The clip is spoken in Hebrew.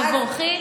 תבורכי.